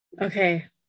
okay